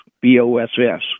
B-O-S-S